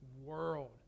world